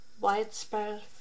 widespread